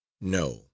no